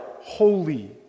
holy